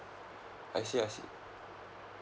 I see I see